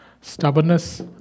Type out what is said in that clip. stubbornness